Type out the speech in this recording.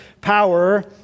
power